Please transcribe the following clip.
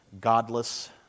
godless